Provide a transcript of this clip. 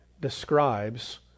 describes